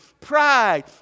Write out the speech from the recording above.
pride